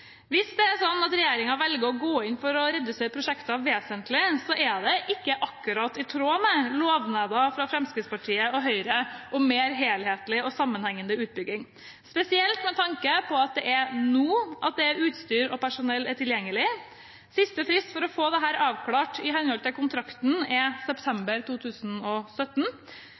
velger å gå inn for å redusere prosjektet vesentlig, er ikke det akkurat i tråd med lovnader fra Fremskrittspartiet og Høyre om mer helhetlig og sammenhengende utbygging – spesielt med tanke på at det nå er utstyr og personell tilgjengelig. Siste frist for å få dette avklart i henhold til kontrakt er september 2017,